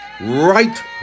right